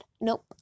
nope